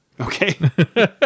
Okay